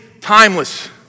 timeless